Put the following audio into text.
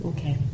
Okay